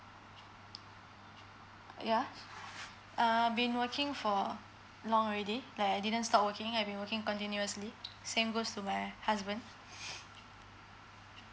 yeah err I've been working for long already like I didn't stop working I've been working continuously same goes to my husband